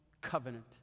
covenant